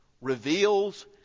reveals